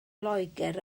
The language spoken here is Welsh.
loegr